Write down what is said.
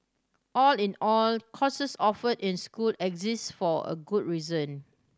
all in all courses offered in school exist for a good reason